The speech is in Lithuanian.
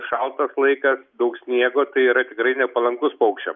šaltas laikas daug sniego tai yra tikrai nepalankus paukščiam